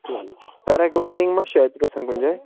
para گلایڈِنٛگ ما چھِ اَتہِ گژھان کُنہِ جایہِ